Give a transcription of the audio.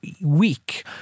week